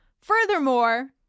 Furthermore